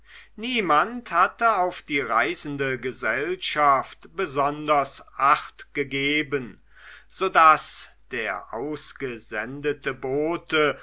niemand hatte auf die reisende gesellschaft besonders achtgegeben so daß der ausgesendete bote